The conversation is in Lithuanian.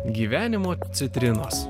gyvenimo citrinos